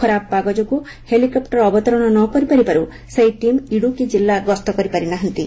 ଖରାପ ପାଗ ଯୋଗୁଁ ହେଲିକେପ୍ଟର ଅବତରଣ ନ କରିପାରିବାରୁ ସେହି ଟିମ୍ ଇଡ଼ୁକି କିଲ୍ଲା ଗସ୍ତ କରିପାରି ନାହାନ୍ତି